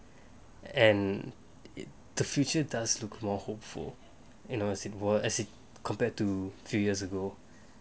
and the future does look more hopeful you know as in world as compared to two years ago